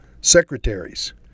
secretaries